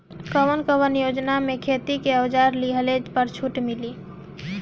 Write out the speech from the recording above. कवन कवन योजना मै खेती के औजार लिहले पर छुट मिली?